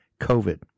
COVID